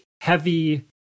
heavy